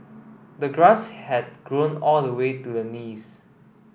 the grass had grown all the way to the knees